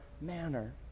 manner